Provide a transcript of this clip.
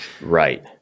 right